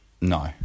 No